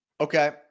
Okay